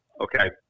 Okay